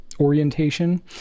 Orientation